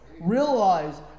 realize